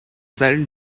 sent